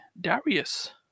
Darius